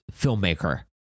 filmmaker